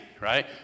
right